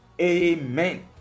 Amen